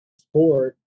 sport